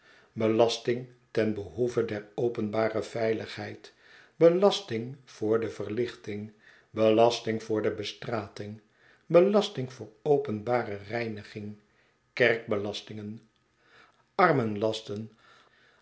belasting ten behoeve der openbare veiligheid belasting voor de verlichting belasting voor de bestrating belasting voor openbare reiniging kerkbelastingen armenlasten